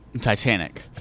Titanic